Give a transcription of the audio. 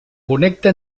connecta